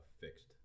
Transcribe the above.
fixed